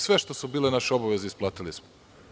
Sve što su bile naše obaveze isplatili smo.